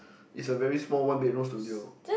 it's a very small one bedroom studio